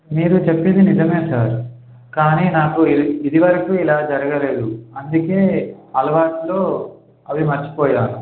మీరు చెప్పేది నిజమే సార్ కానీ నాకు ఇది ఇది వరకు ఇలా జరగలేదు అందుకే అలవాటులో అవి మర్చిపోయాను